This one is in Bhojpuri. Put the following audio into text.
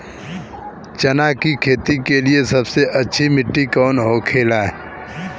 चना की खेती के लिए सबसे अच्छी मिट्टी कौन होखे ला?